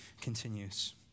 continues